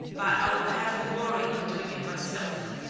but i will have the glory of doing it myself.